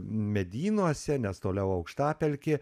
medynuose nes toliau aukštapelkė